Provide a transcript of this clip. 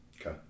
Okay